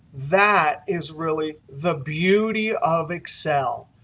that is really the beauty of excel.